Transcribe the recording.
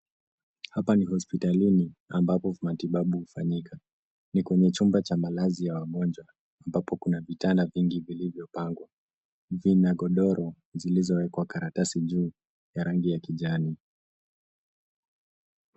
Hapa ni hospitalini ambapo matibabu hufanyika . Ni kwenye chumba cha malazi cha wagonjwa ambapo kuna vitanda vingi vilivyopangwa . Vina godoro zilizowekwa karatasi juu ya rangi ya kijani.